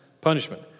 punishment